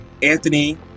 Anthony